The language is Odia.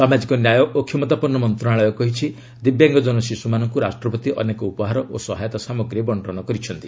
ସାମାଜିକ ନ୍ୟାୟ ଓ କ୍ଷମତାପନ୍ନ ମନ୍ତ୍ରଣାଳୟ କହିଛି ଦିବ୍ୟାଙ୍ଗଜନ ଶିଶ୍ରମାନଙ୍କ ରାଷ୍ଟ୍ରପତି ଅନେକ ଉପହାର ଓ ସହାୟତା ସାମଗ୍ରୀ ବଣ୍ଟନ କରିଛନ୍ତି